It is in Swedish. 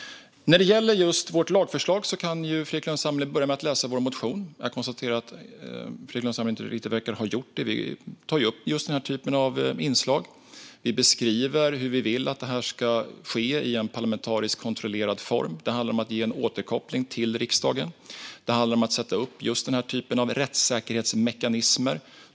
När det gäller vårt lagförslag kan Fredrik Lundh Sammeli börja med att läsa vår motion. Jag konstaterar att Fredrik Lundh Sammeli inte riktigt verkar ha gjort det. Vi tar upp just den här typen av inslag. Vi beskriver hur vi vill att detta ska ske i en parlamentariskt kontrollerad form. Det handlar om att ge en återkoppling till riksdagen. Det handlar om att sätta upp den här typen av rättssäkerhetsmekanismer.